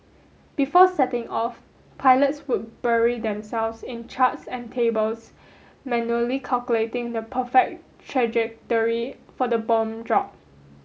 before setting off pilots would bury themselves in charts and tables manually calculating the perfect trajectory for the bomb drop